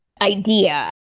Idea